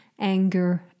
anger